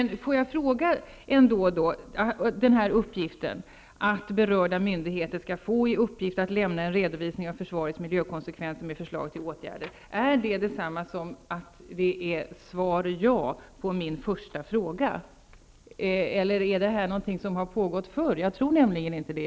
Låt mig då ändå fråga: Uppgiften att berörda myndigheter skall få i uppgift att lämna en redovisning av försvarets miljökonsekvenser med förslag till åtgärder -- är det detsamma som att svaret på min första fråga är ja? Eller är det här någonting som har gjorts tidigare? Jag tror nämligen inte det.